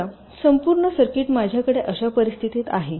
समजा संपूर्ण सर्किट माझ्याकडे अशा परिस्थितीत आहे